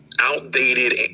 outdated